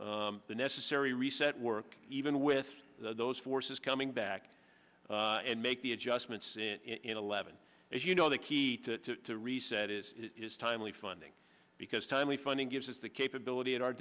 the necessary reset work even with those forces coming back and make the adjustments in eleven days you know the key to reset is is timely funding because timely funding gives us the capability and our